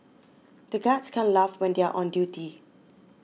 the guards can't laugh when they are on duty